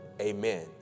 Amen